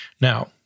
Now